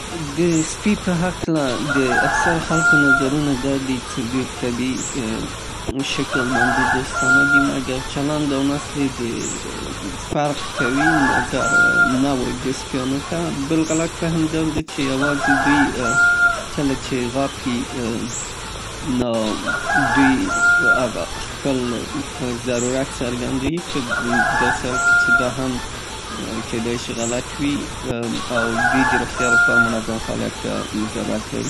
د سپي په هکله د اکثره خلکو نظرونه دا دي څې دوی په طبعي شکل باندې دوستانه دي مګر چلند او نسل يې فرق کوي نظر نوع د سپيانو ته. بل غلط فهم دا دی چې يوازې دوی کله چې غاپي؛ نو دوی هغه خپل ضرورت څرګنديي په داسې حال کې چې دا هم کېدای شي غلط وي او دوی د روغتیا له پاره منظم فعالیت ته ضرورت لري.